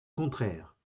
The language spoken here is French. contraire